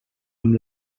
amb